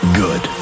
good